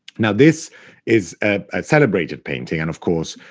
now, this is a celebrated painting, and, of course,